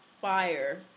fire